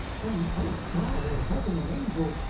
then, o god, o heaven, and angels,